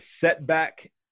setback